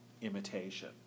imitation